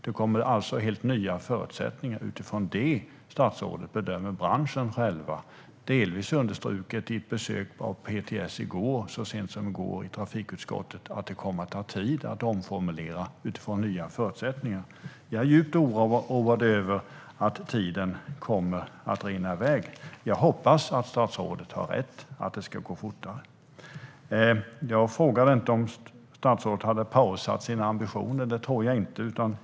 Det kommer alltså helt nya förutsättningar. Branschen själv bedömer - det underströks delvis vid ett besök av PTS i trafikutskottet så sent som i går - att det kommer att ta tid att omformulera detta utifrån nya förutsättningar. Jag är djupt oroad över att tiden kommer att rinna iväg. Jag hoppas att statsrådet har rätt: att det ska gå fortare. Jag frågade inte om statsrådet hade pausat sina ambitioner. Det tror jag inte.